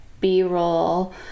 b-roll